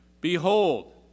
Behold